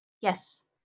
Yes